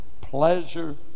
pleasure